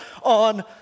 on